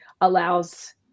allows